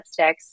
lipsticks